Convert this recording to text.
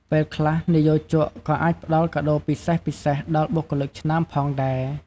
ពេលខ្លះ និយោជកក៏អាចផ្តល់ កាដូរពិសេសៗ ដល់បុគ្គលិកឆ្នើមផងដែរ។